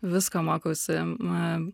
visko mokausi na